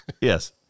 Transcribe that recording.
Yes